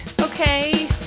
Okay